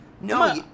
No